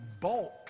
bulk